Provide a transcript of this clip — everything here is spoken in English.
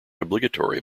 obligatory